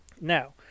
Now